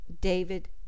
David